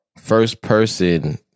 first-person